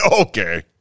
Okay